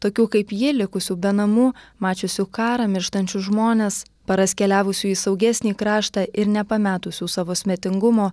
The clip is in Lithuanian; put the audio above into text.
tokių kaip jie likusių be namų mačiusių karą mirštančius žmones paras keliavusių į saugesnį kraštą ir nepametusių savo svetingumo